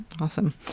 awesome